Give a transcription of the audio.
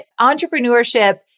entrepreneurship